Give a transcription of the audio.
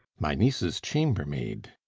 my niece's chambermaid.